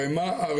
הרי מה הכוונה,